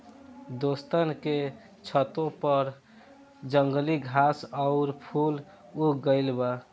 दोस्तन के छतों पर जंगली घास आउर फूल उग गइल बा